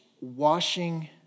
washing